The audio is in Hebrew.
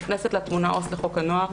נכנסת לתמונה עו"ס לחוק הנוער,